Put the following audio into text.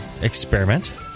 experiment